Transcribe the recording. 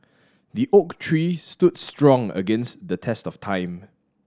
the oak tree stood strong against the test of time